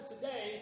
today